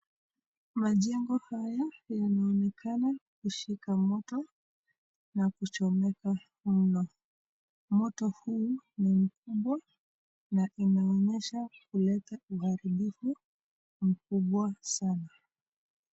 Majengo haya yanaonekana kushika moto na kuchomeka mno. Moto huu ni mkubwa na inaonyesha kuleta uharibifu mkubwa sana.